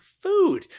food